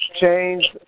change